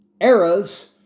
eras